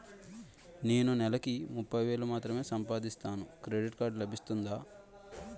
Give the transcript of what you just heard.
నేను నెల కి ముప్పై వేలు మాత్రమే సంపాదిస్తాను క్రెడిట్ కార్డ్ లభిస్తుందా?